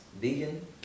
vegan